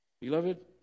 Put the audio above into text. Beloved